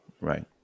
Right